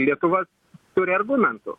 lietuva turi argumentų